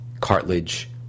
cartilage